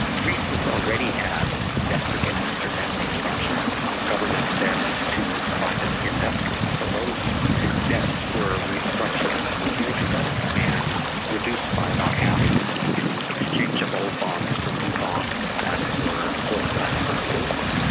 greece has already had debt forgiveness or debt restructuring on government debts to private investors. so those debts were restructured a couple of years ago and reduced by about half through exchange of old bonds for new bonds that were worth less than the old ones.